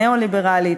ניאו-ליברלית,